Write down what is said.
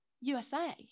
USA